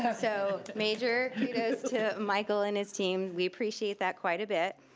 so major kudos to michael and his team. we appreciate that quite a bit,